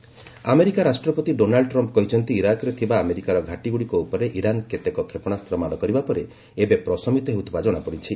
Trump Iran America ରାଷ୍ଟ୍ରପତି Donald Trump କହିଛନ୍ତି ଇରାକ୍ରେ ଥିବା ଆମେରିକାର ଘାଟୀଗୁଡ଼ିକ ଉପରେ ଇରାନ୍ କେତେକ କ୍ଷପଶାସ୍ତ ମାଡ଼ କରିବା ପରେ ଏବେ ପ୍ରଶମିତ ହେଉଥିବା କ୍ଷଣାପଡ଼ିଛି